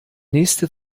nächste